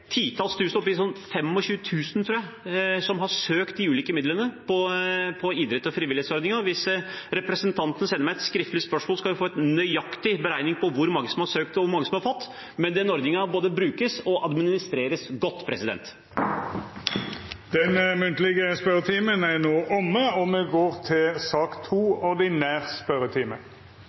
titalls tusen, vi er oppe i 25 000, tror jeg, som har søkt de ulike midlene i ordningen for idrett og frivillighet. Hvis representanten sender meg et skriftlig spørsmål, skal hun få en nøyaktig beregning av hvor mange som har søkt, og hvor mange som har fått, men den ordningen både brukes og administreres godt. Den munnlege spørjetimen er no omme, og me går over til